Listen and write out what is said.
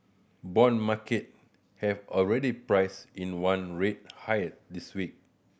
bond market have already priced in one rate higher this week